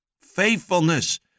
Faithfulness